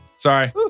Sorry